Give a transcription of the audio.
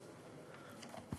רואה.